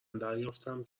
دریافتم